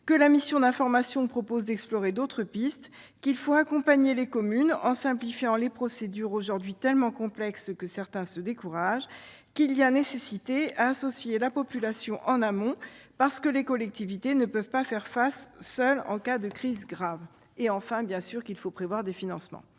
que la mission d'information propose d'explorer d'autres pistes, qu'il faut accompagner les communes en simplifiant les procédures, aujourd'hui tellement complexes que certains se découragent, qu'il est nécessaire d'associer la population en amont, parce que les collectivités ne peuvent pas faire front seules en cas de crise grave, enfin qu'il faut bien sûr prévoir des financements.